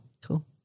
cool